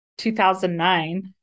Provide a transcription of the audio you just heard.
2009